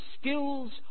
skills